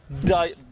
die